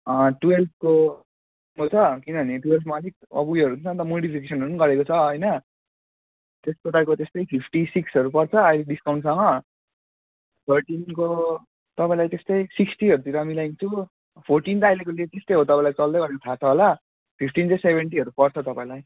टुवेल्भको यो छ किनभने टुवेल्भमा अलिक उयोहरू छ अनि मोडिफिकेसनहरू पनि गरेको छ होइन त्यसको टाइपको त्यस्तै फिफ्टी सिक्सहरू पर्छ अलिक डिस्काउन्टसँग थर्टिनको तपाईँलाई त्यस्तै सिक्टीहरूतिर मिलाइदिन्छु फोर्टिन त अहिलेको लेटेस्टै हो तपाईँलाई चल्दैगरेको थाहा छ होला फिफ्टिन चाहिँ सेभेन्टीहरू पर्छ तपाईँलाई